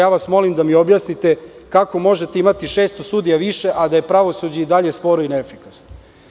Ja vas molim da mi objasnite - kako možete imati 600 sudija više, a da je pravosuđe i dalje sporo i neefikasno?